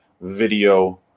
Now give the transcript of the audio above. video